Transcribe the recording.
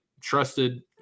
trusted